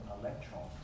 electrons